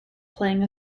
playing